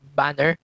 banner